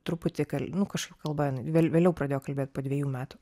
truputį nu kažkaip kalba jinai vėl vėliau pradėjo kalbėt po dvejų metų